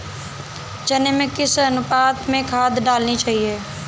चने में किस अनुपात में खाद डालनी चाहिए?